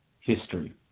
history